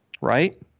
Right